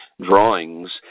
drawings